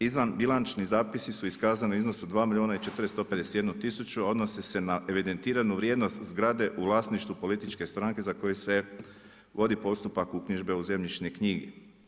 Izvanbilančni zapisi su iskazani u iznosu 2 milijuna 451 tisuću, a odnosi se na evidentiranu vrijednost zgrade u vlasništvu političke stranke za koju se vodi postupak uknjižbe u zemljišne knjige.